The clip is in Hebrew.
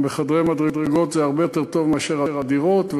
גם בחדרי מדרגות הרבה יותר טוב מאשר בדירות,